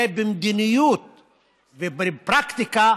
זה יהיה במדיניות ובפרקטיקה: